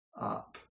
up